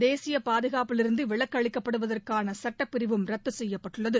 தேசிய பாதுகாப்பிலிருந்து விலக்கு அளிக்கப்படுவதற்கான சுட்டப்பிரிவும் ரத்து செய்யப்பட்டுள்ளது